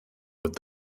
with